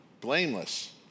blameless